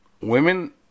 women